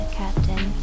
captain